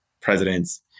presidents